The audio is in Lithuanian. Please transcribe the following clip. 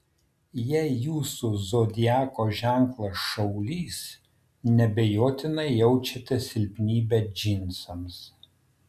jei jūsų zodiako ženklas šaulys neabejotinai jaučiate silpnybę džinsams